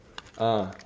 ah